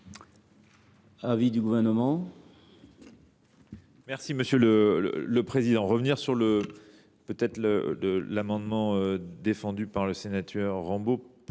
l’avis du Gouvernement ?